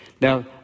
Now